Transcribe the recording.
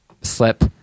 Slip